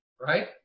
right